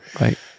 Right